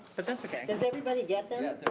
but that's okay. does everybody get them?